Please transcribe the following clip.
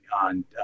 on